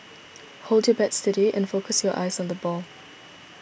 hold your bat steady and focus your eyes on the ball